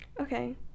okay